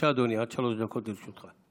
עד שלוש דקות לרשותך.